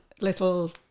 little